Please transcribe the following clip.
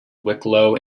wicklow